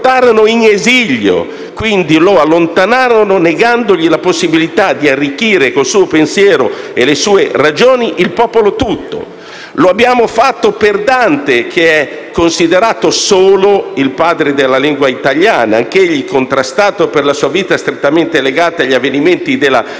lo portarono in esilio, quindi lo allontanarono negandogli la possibilità di arricchire con il suo pensiero e le sue ragioni il popolo tutto. Lo abbiamo fatto con Dante, che è considerato solo il padre della lingua italiana: anch'egli, contrastato per la sua vita strettamente legata agli avvenimenti della politica,